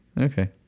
okay